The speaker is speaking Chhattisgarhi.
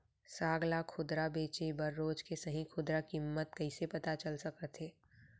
साग ला खुदरा बेचे बर रोज के सही खुदरा किम्मत कइसे पता चल सकत हे?